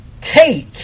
Take